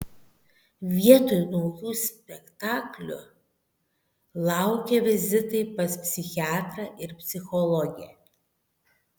vietoj naujų spektaklių laukė vizitai pas psichiatrą ir psichologę